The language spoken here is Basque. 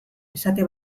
esate